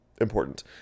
important